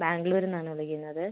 ബാംഗ്ലൂരിൽ നിന്നാണ് വിളിക്കുന്നത്